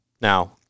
Now